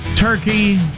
Turkey